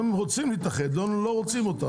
הם רוצים להתאחד, לא רוצים אותם.